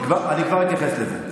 אני כבר אתייחס לזה.